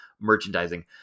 merchandising